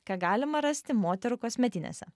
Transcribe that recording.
ką galima rasti moterų kosmetinėse